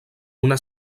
una